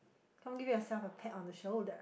come give yourself a pat on the shoulder